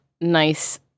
nice